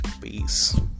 Peace